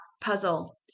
puzzle